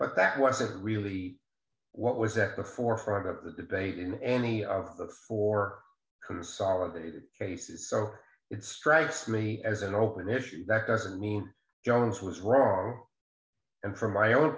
but that wasn't really what was at the forefront of the debate in any of the four consolidated cases so it strikes me as an open issue that doesn't mean jones was wrong and from my own